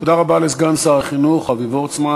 תודה רבה לסגן שר החינוך אבי וורצמן.